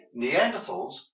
Neanderthals